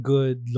Good